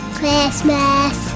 Christmas